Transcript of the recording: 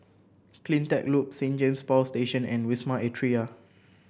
CleanTech Loop Saint James Power Station and Wisma Atria